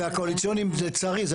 והקואליציוניים זה לצערי.